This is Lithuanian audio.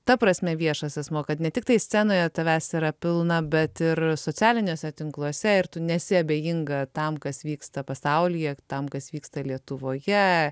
ta prasme viešas asmuo kad ne tiktai scenoje tavęs yra pilna bet ir socialiniuose tinkluose ir tu nesi abejinga tam kas vyksta pasaulyje tam kas vyksta lietuvoje